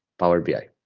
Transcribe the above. power bi.